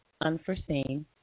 unforeseen